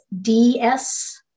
DS